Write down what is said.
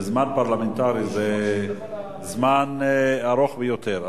בזמן פרלמנטרי זה זמן ארוך ביותר.